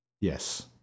Yes